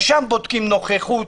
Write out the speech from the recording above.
ושם בודקים נוכחות,